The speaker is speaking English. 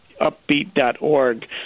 upbeat.org